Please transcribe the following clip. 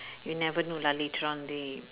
you never know lah later on they